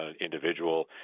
individual